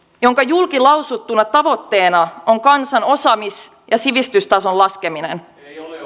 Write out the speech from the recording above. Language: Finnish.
jonka julkilausuttuna tavoitteena on kansan osaamis ja sivistystason laskeminen